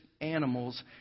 animals